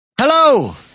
Hello